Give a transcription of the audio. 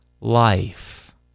life